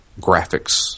graphics